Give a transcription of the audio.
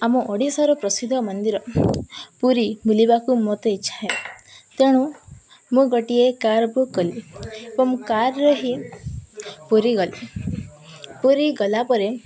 ଆମ ଓଡ଼ିଶାର ପ୍ରସିଦ୍ଧ ମନ୍ଦିର ପୁରୀ ବୁଲିବାକୁ ମୋତେ ଇଚ୍ଛାଏ ତେଣୁ ମୁଁ ଗୋଟିଏ କାର୍ ବୁକ୍ କଲି ଏବଂ କାର୍ରେ ହିଁ ପୁରୀ ଗଲି ପୁରୀ ଗଲା ପରେ